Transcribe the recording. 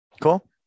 Cool